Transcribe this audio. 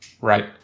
Right